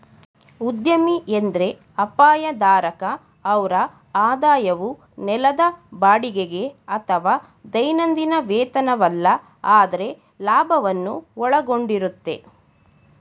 ಉದ್ಯಮಿ ಎಂದ್ರೆ ಅಪಾಯ ಧಾರಕ ಅವ್ರ ಆದಾಯವು ನೆಲದ ಬಾಡಿಗೆಗೆ ಅಥವಾ ದೈನಂದಿನ ವೇತನವಲ್ಲ ಆದ್ರೆ ಲಾಭವನ್ನು ಒಳಗೊಂಡಿರುತ್ತೆ